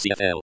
CFL